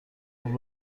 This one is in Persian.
خوب